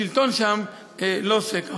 השלטון שם לא עושה כך.